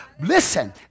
Listen